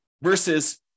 versus